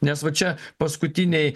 nes va čia paskutiniai